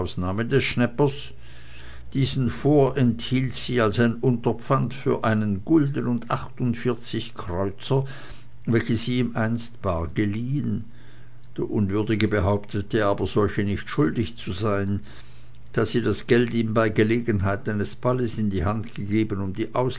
diesen vorenthielt sie als ein unterpfand für einen gulden und achtundvierzig kreuzer welche sie ihm einst bar geliehen der unwürdige behauptete aber solche nicht schuldig zu sein da sie das geld ihm bei gelegenheit eines balles in die hand gegeben